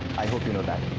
i hope you know that.